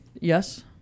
yes